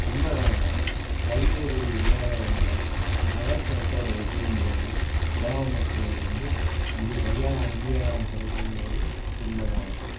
உண்மைதாங்க கல்வி அறிவு இல்லாததுனால நகர்ப்புறத்தோட ஒப்பிடும்போது கிராம மக்களுக்கு வந்து அங்கே சரியான அங்கீகாரம் கிடைக்கலேங்கறது உண்மைதான் அது